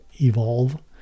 evolve